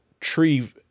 tree